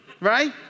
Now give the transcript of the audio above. right